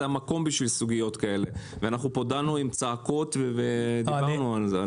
זה המקום בשביל סוגיות כאלה ואנחנו פה דנו עם צעקות ודיברנו על זה.